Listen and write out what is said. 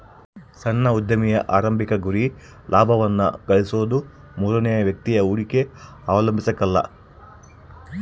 ಸಣ್ಣ ಉದ್ಯಮಿಯ ಆರಂಭಿಕ ಗುರಿ ಲಾಭವನ್ನ ಗಳಿಸೋದು ಮೂರನೇ ವ್ಯಕ್ತಿಯ ಹೂಡಿಕೆ ಅವಲಂಬಿಸಕಲ್ಲ